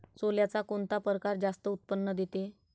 सोल्याचा कोनता परकार जास्त उत्पन्न देते?